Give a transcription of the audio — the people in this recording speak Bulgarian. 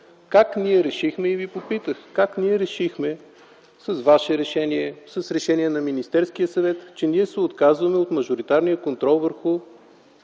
инвеститор. И Ви попитах: как ние решихме – с Ваше решение, с решение на Министерския съвет, че ние се отказваме от мажоритарния контрол върху